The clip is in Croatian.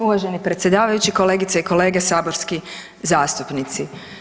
Uvaženi predsjedavajući, kolegice i kolege saborski zastupnici.